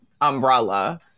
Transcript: umbrella